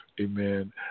Amen